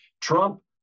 Trump